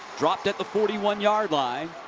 dropped at the forty one yard line.